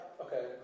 Okay